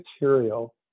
material